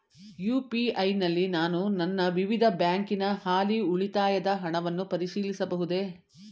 UPI ನಲ್ಲಿ ನಾನು ನನ್ನ ವಿವಿಧ ಬ್ಯಾಂಕಿನ ಹಾಲಿ ಉಳಿತಾಯದ ಹಣವನ್ನು ಪರಿಶೀಲಿಸಬಹುದೇ?